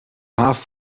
haven